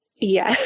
Yes